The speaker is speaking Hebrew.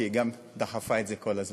כי גם היא דחפה את זה כל הזמן.